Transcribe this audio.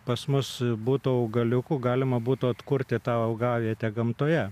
pas mus būtų augaliukų galima būtų atkurti tą augavietę gamtoje